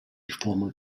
former